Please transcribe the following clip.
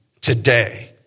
Today